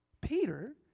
Peter